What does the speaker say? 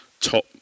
top